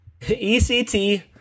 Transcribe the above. ECT